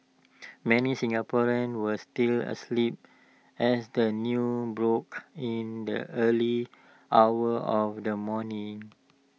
many Singaporeans were still asleep as the news broke in the early hours of the morning